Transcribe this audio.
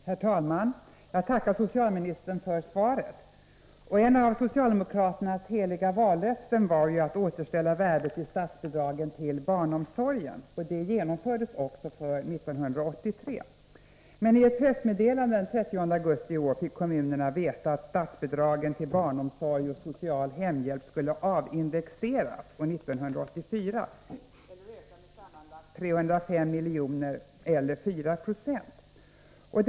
Om statsbidraget Herr talman! Jag tackar socialministern för svaret. till barnomsorg och Ett av socialdemokraternas heliga vallöften var att återställa värdet av kommunal hemstatsbidraget till barnomsorgen. Det genomfördes också för 1983. Men i ett hjälp pressmeddelande den 30 augusti i år fick kommunerna veta att statsbidraget till barnomsorg och social hemhjälp skulle avindexeras från 1984, eller öka med sammanlagt 305 miljoner eller 4 76.